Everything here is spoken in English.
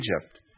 Egypt